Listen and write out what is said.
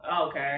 Okay